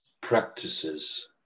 practices